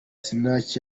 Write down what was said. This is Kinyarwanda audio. sinach